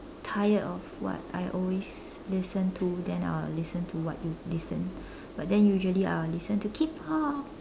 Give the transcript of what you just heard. tired of what I always listen to then I will listen to what you listen but then usually I will listen to K-pop